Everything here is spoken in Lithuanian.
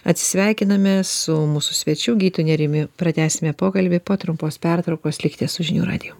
atsisveikiname su mūsų svečiu gydytoju nerijumi pratęsime pokalbį po trumpos pertraukos likite su žinių radiju